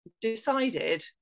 decided